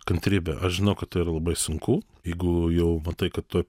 kantrybė aš žinau kad tai yra labai sunku jeigu jau matai kad tuoj